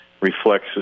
reflects